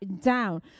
down